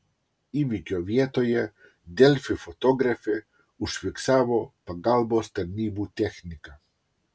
įvykio vietoje delfi fotografė užfiksavo pagalbos tarnybų techniką